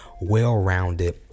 well-rounded